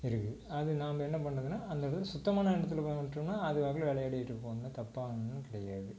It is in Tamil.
இருக்குது அது நாம் என்ன பண்ணுறதுன்னா அந்த இடத்துல சுத்தமான இடத்துல கொண்டு போய் விட்டோம்னால் அதுவாக்கில் விளையாடிட்ருக்கும் ஒன்றும் தப்பாக ஒன்றும் கிடையாது